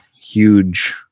huge